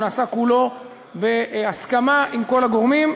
הוא נעשה כולו בהסכמה עם כל הגורמים,